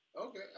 Okay